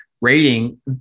rating